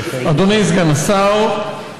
אדוני סגן השר,